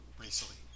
recently